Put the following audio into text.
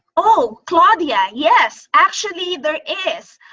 oh claudia, yes, actually there is.